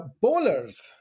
bowlers